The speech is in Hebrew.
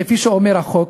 כפי שאומר החוק,